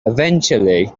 eventually